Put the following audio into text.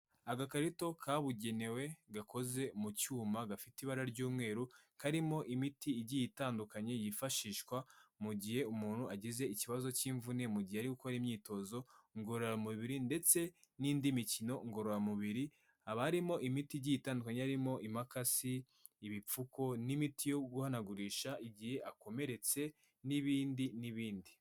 Agakarito kabugenewe gakoze mu cyuma gafite ibara ry'umweru karimo imiti igiye itandukanye yifashishwa mu gihe umuntu agize ikibazo cy'imvune mu gihe ari gukora imyitozo ngororamubiri ndetse n'indi mikino ngororamubiri haba harimo imiti igiye itandukanye irimo impakasi ,ibipfuko n'imiti yo guhanagurisha igihe akomeretse n'ibindi n'ibindi.